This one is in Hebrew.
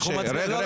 אנחנו מצביעים.